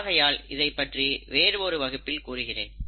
ஆகையால் இதைப்பற்றி வேறு ஒரு வகுப்பில் கூறுகிறேன்